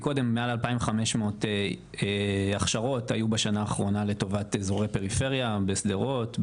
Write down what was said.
קודם מעל 2500 הכשרות היו בשנה האחרונה לטובת אזורי פריפריה בשדרות,